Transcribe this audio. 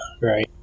right